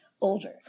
Older